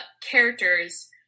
characters